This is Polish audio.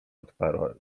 odparła